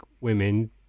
women